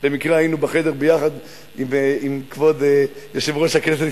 במקרה היינו בחדר ביחד עם כבוד יושב-ראש הכנסת,